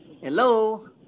hello